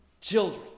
children